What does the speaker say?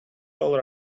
all